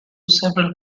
several